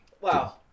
Wow